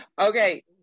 Okay